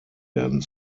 werden